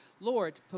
Lord